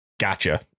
Gotcha